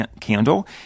candle